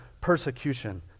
persecution